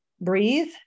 breathe